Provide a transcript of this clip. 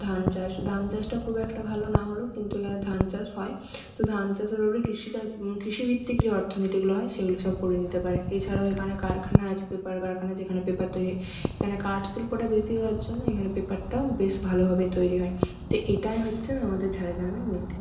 ধান চাষ ধান চাষটা খুব একটা ভালো না হলেও কিন্তু এখানে ধান চাষ হয় তো ধান চাষের ওপরে কৃষি কৃষিভিত্তিক যে অর্থনীতিগুলো হয় সেগুলো সব করে নিতে পারে এছাড়াও এখানে কারখানা আছে পেপার কারখানা যেখানে পেপার তৈরি এখানে কাঠ শিল্পটা বেশি হওয়ার জন্য এখানে পেপারটাও বেশ ভালোভাবে তৈরি হয় তো এটাই হচ্ছে আমাদের ঝাড়গ্রামের নীতি